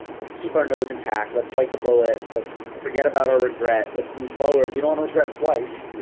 let's keep our nose in tack, let's bite the bullet. let's forget about our regret. let's move forward. we don't wanna regret twice,